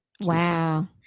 Wow